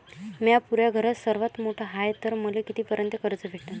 म्या पुऱ्या घरात सर्वांत मोठा हाय तर मले किती पर्यंत कर्ज भेटन?